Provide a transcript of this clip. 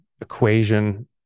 equation